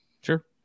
Sure